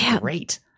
great